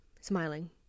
smiling